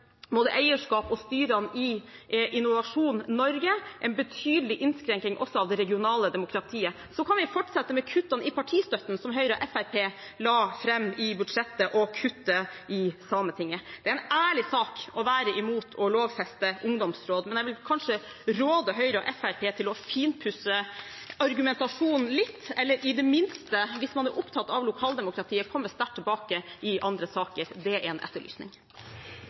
både eierskapet og styrene i Innovasjon Norge, en betydelig innskrenking av det regionale demokratiet. Så kan vi fortsette med kuttene i partistøtten, som Høyre og Fremskrittspartiet la fram i budsjettet, og kuttet i Sametinget. Det er en ærlig sak å være imot å lovfeste ungdomsråd, men jeg vil kanskje råde Høyre og Fremskrittspartiet til å finpusse argumentasjonen litt, eller i det minste – hvis man er opptatt av lokaldemokratiet – komme sterkt tilbake i andre saker. Det er en etterlysning.